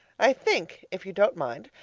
i think, if you don't mind,